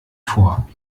vor